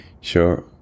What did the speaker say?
Sure